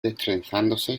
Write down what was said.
destrenzándose